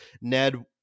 Ned